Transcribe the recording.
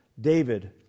David